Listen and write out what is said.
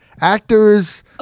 Actors